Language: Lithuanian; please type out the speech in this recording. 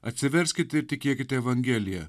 atsiverskite ir tikėkite evangelija